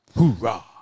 hoorah